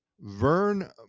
Vern